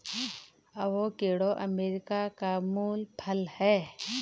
avocado America का मूल फल है